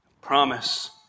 promise